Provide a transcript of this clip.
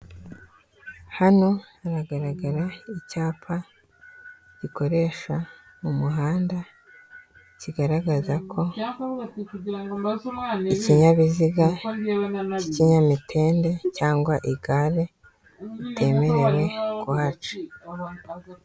Hano haragaragara icyapa gikoreshwa mu muhanda, kigaragaza ko ikinyabiziga cy'ikinyamitende cyangwa igare ritemerewe kuhaca.